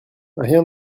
rien